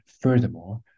Furthermore